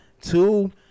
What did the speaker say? Two